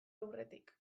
aurretik